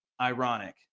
ironic